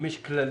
אם יש כללים.